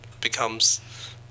becomes